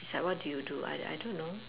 is like what do you do I I don't know